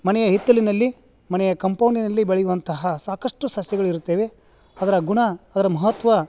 ಮನೆಯ ಹಿತ್ತಲಿನಲ್ಲಿ ಮನೆಯ ಕಂಪೌಂಡಿನಲ್ಲಿ ಬೆಳೆಯುವಂತಹ ಸಾಕಷ್ಟು ಸಸ್ಯಗಳು ಇರುತ್ತವೆ ಅದರ ಗುಣ ಅದರ ಮಹತ್ವ